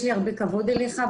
יש לי הרבה כבוד אליך.